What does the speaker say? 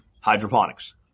hydroponics